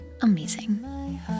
amazing